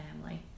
family